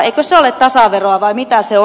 eikö se ole tasaveroa vai mitä se on